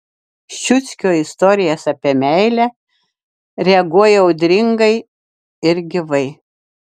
ščiuckio istorijas apie meilę reaguoja audringai ir gyvai